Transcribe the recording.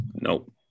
nope